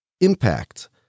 impact